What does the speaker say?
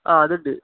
ആ അതുണ്ട്